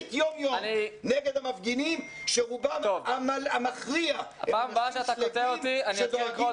מסית יום-יום נגד המפגינים שרובם המכריע הם אנשים שלווים שדואגים